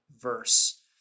verse